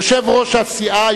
יושב-ראש הסיעה,